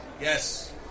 Yes